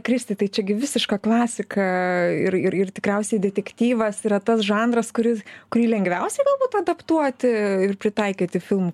kristi tai čia gi visiška klasika ir ir ir tikriausiai detektyvas yra tas žanras kuris kurį lengviausiai galbūt adaptuoti ir pritaikyti filmu